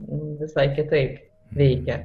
visai kitaip veikia